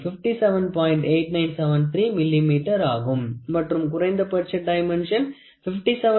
8973 மில்லிமீட்டராகும் மற்றும் குறைந்தபட்ச டைமென்ஷன் 57